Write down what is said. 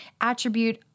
attribute